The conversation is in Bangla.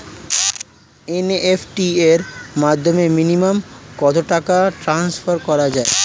এন.ই.এফ.টি র মাধ্যমে মিনিমাম কত টাকা ট্রান্সফার করা যায়?